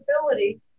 ability